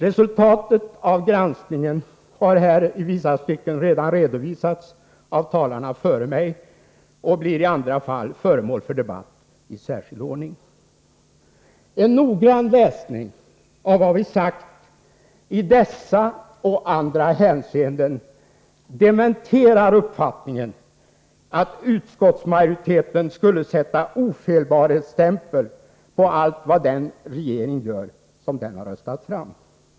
Resultatet av granskningen har här i vissa stycken redan redovisats av talarna före mig och blir i andra fall föremål för debatt i särskild ordning. En noggrann läsning av vad vi sagt i dessa och andra hänseenden dementerar uppfattningen att utskottsmajoriteten skulle sätta ofelbarhetsstämpel på allt vad den regering gör som riksdagens majoritet röstat fram.